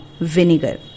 vinegar